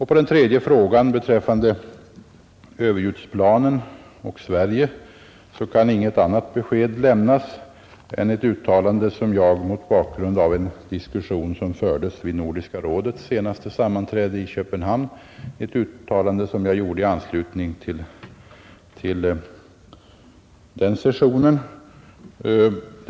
På den tredje frågan, beträffande överljudsplanen och Sverige, kan inget annat besked lämnas än det uttalande som jag gjorde i anslutning till en diskussion vid Nordiska rådets senaste session i Köpenhamn.